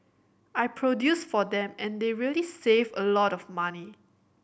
I produce for them and they really save a lot of money